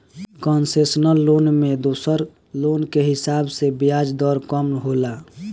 concessional loan में दोसर loan के हिसाब से ब्याज दर कम होला